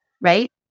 right